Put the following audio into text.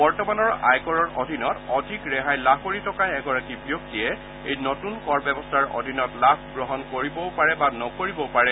বৰ্তমানৰ আয়কৰৰ অধীনত অধিক ৰেহাই লাভ কৰি থকা এগৰাকী ব্যক্তিয়ে এই নতুন কৰ ব্যৱস্থাৰ অধীনত লাভ গ্ৰহণ কৰিবও পাৰে বা নকৰিবও পাৰে